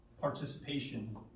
participation